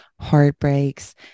heartbreaks